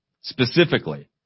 specifically